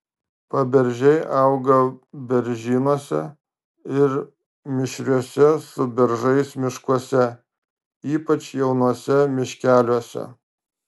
paberžiai auga beržynuose ir mišriuose su beržais miškuose ypač jaunuose miškeliuose